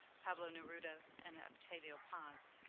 pablo neruda, and octavio paz.